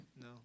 No